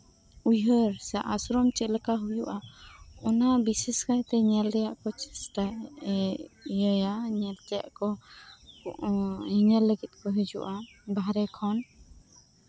ᱟᱥᱨᱚᱢ ᱨᱮᱭᱟᱜ ᱩᱭᱦᱟᱹᱨ ᱥᱮ ᱟᱥᱨᱚᱢ ᱪᱮᱫ ᱞᱮᱠᱟ ᱦᱩᱭᱩᱜᱼᱟ ᱚᱱᱟ ᱵᱤᱥᱮᱥ ᱠᱟᱭᱛᱮ ᱧᱮᱞ ᱨᱮᱭᱟᱜ ᱠᱚ ᱪᱮᱥᱴᱟᱭᱟ ᱤᱭᱟᱹᱭᱟ ᱪᱮᱫ ᱠᱚ ᱧᱮᱧᱮᱞ ᱞᱟᱹᱜᱤᱫ ᱦᱤᱡᱩᱜᱼᱟ ᱵᱟᱦᱨᱮ ᱠᱷᱚᱱ